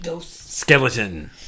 Skeleton